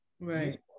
Right